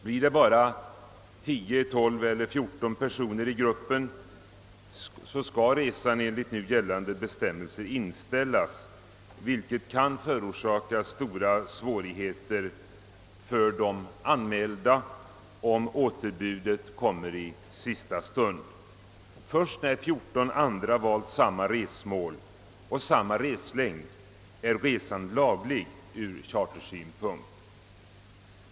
Blir det bara 10, 12 eller 14 personer i gruppen skall resan enligt nu gällande bestämmelser inställas, vilket kan förorsaka stora svårigheter för de anmälda, om återbudet kommer i sista sund. Först när 14 andra personer valt samma resmål och samma reslängd är resan laglig ur chartersynpunkt.